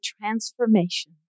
transformation